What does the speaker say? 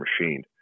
machined